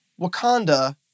Wakanda